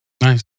Nice